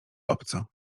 obco